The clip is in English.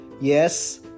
Yes